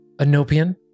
Anopian